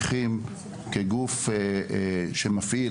כמי שמפעיל,